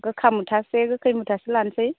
गोखा मुथासे गोखै मुथासे लानोसै